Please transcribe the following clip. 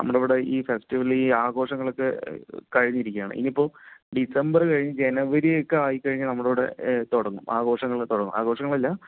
നമ്മുടെയിവിടെ ഈ ഫെസ്റ്റിവൽ ഈ ആഘോഷങ്ങളൊക്കെ കഴിഞ്ഞിരിക്കുകയാണ് ഇനിയിപ്പോൾ ഡിസംബർ കഴിഞ്ഞു ജനുവരിയൊക്കെ ആയിക്കഴിഞ്ഞാൽ നമ്മുടെയിവിടെ തുടങ്ങും ആഘോഷങ്ങൾ തുടങ്ങും ആഘോഷങ്ങളല്ല